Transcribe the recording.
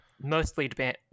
mostly